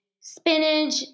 spinach